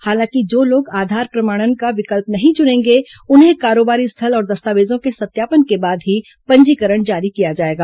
हालांकि जो लोग आधार प्रमाणन का विकल्प नहीं चुनेंगे उन्हें कारोबारी स्थल और दस्तावेजों के सत्यापन के बाद ही पंजीकरण जारी किया जाएगा